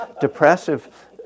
depressive